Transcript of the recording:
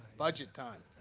budget time.